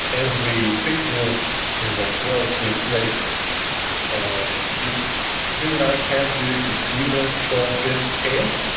every pixel is a twelve bit grayscale and this human eye can't really perceive a twelve bit scale,